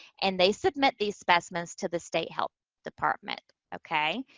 and they submit these specimens to the state health department. okay?